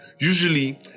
Usually